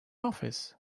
office